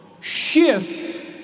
shift